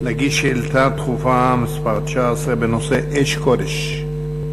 להגיש שאילתה דחופה מס' 19 בנושא, אש-קודש.